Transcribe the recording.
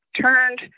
turned